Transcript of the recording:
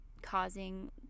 causing